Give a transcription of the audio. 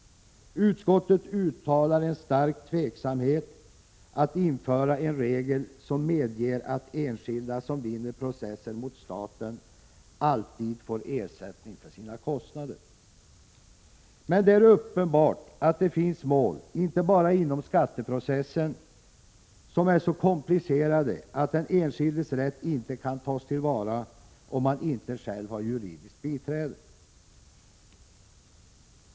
Utskottet uttalar en stark tveksamhet mot att införa en regel som medger att enskilda som vinner processer mot staten alltid får ersättning för sina kostnader. Men det är uppenbart att det finns mål, inte bara inom skatteprocessen, som är så komplicerade att den enskildes rätt inte kan tas till vara om han inte själv har juridiskt biträde.